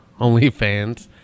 OnlyFans